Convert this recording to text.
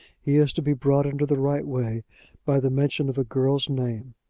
he is to be brought into the right way by the mention of a girl's name!